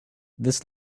this